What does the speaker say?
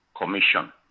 Commission